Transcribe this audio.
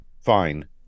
fine